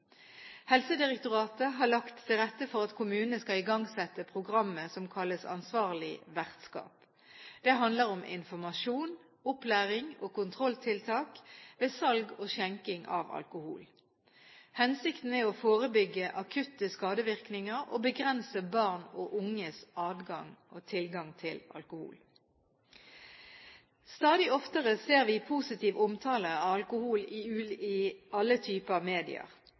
Helsedirektoratet har lagt til rette for at kommunene skal igangsette programmet som kalles «Ansvarlig vertskap». Det handler om informasjon, opplæring og kontrolltiltak ved salg og skjenking av alkohol. Hensikten er å forebygge akutte skadevirkninger og å begrense barn og unges adgang til alkohol. Stadig oftere ser vi positiv omtale av alkohol i alle typer medier.